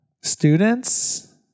students